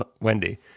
Wendy